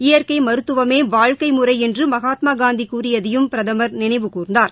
இயற்கை மருத்துவமே வாழ்க்கை முறை என்று மகாத்மா காந்தி கூறியதையும் பிரதமா் நினைவு கூர்ந்தார்